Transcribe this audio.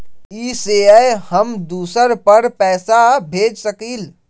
इ सेऐ हम दुसर पर पैसा भेज सकील?